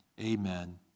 amen